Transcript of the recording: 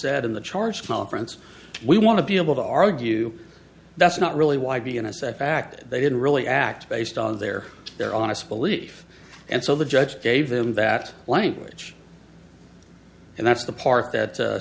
in the charge conference we want to be able to argue that's not really why be in a sex act they didn't really act based on their their honest belief and so the judge gave them that language and that's the part that